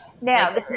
Now